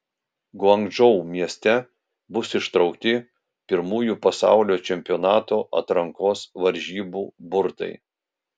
guangdžou mieste bus ištraukti pirmųjų pasaulio čempionato atrankos varžybų burtai